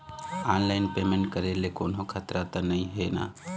Online payment करे ले कोन्हो खतरा त नई हे न?